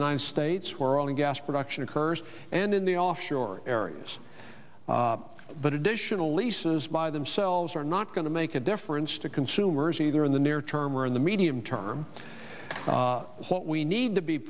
united states where only gas production occurs and in the offshore areas but additional leases by themselves are not going to make a difference to consumers either in the near term or in the medium term what we need to be